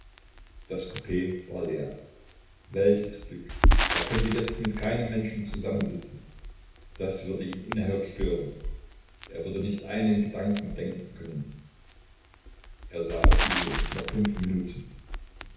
das coup war leer welches glück er könnte jetzt mit keinem menschen zusammensitzen das würde ihn unerhört stören er würde nicht einen gedanken denken können er sah auf die uhr noch fünf minuten